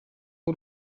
w’u